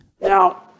Now